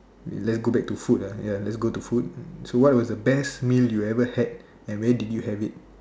let's go back to food ah ya let's go to food so what was the best meal you ever had and where did you have it